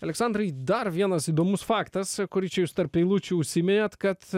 aleksandrai dar vienas įdomus faktas kurį čia jūs tarp eilučių užsiminėt kad